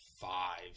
five